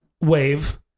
wave